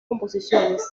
composiciones